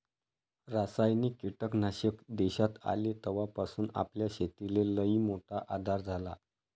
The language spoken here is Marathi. रासायनिक कीटकनाशक देशात आले तवापासून आपल्या शेतीले लईमोठा आधार झाला